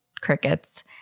crickets